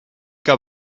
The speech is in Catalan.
que